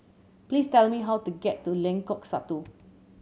please tell me how to get to Lengkok Satu